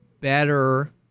better